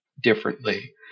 differently